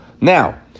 Now